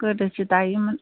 गोदोसो दायोमोन